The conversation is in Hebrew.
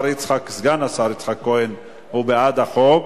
סגן השר יצחק כהן, הוא בעד החוק,